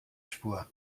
spur